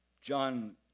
John